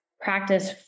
practice